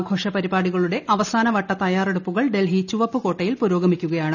ആഘോഷപരിപാടികളുടെ അവസാനവട്ട തയ്യാറെടുപ്പുകൾ ഡൽഹി ചുവപ്പുകൊട്ടയിൽ പുരോഗമിക്കുകയാണ്